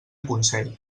consell